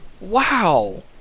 wow